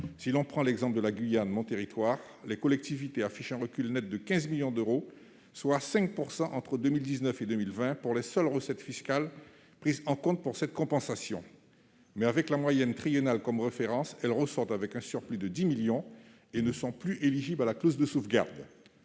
Si l'on prend l'exemple de la Guyane, mon territoire, les collectivités affichent un recul net de 15 millions d'euros, soit 5 % entre 2019 et 2020 pour les seules recettes fiscales prises en compte pour cette compensation. Avec la moyenne triennale comme référence, elles ressortent avec un surplus de 10 millions d'euros et ne sont plus éligibles à la clause de sauvegarde.